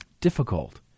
difficult